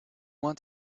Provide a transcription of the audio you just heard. want